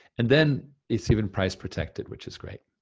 and then it's even price protected, which is great.